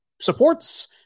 supports